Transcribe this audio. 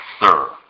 sir